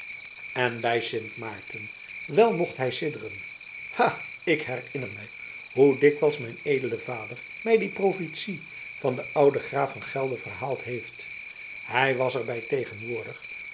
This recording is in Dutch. en bij sint maarten wel mocht hij sidderen ha ik herinner mij hoe dikwijls mijn edele vader mij die profetie van den ouden graaf van gelder verhaald heeft hij was er bij tegenwoordig